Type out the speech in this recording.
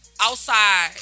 outside